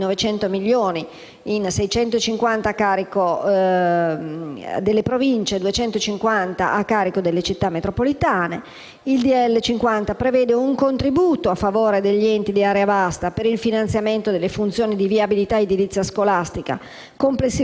n. 50 prevede un contributo a favore degli enti di area vasta per il finanziamento delle funzioni di viabilità e di edilizia scolastica complessivamente di 470 milioni per il 2017, di cui 220 milioni a favore delle Province e 250 milioni a favore delle Città metropolitane.